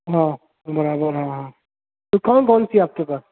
ہاں برابر ہاں ہاں تو کون کون سی ہے آپ کے پاس